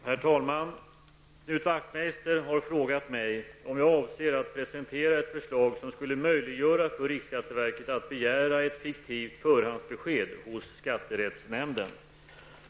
Herr talman! Knut Wachtmeister har frågat mig om jag avser att presentera ett förslag som skulle möjliggöra för riksskatteverket att begära ett fiktivt förhandsbesked hos skatterättsnämnden.